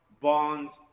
bonds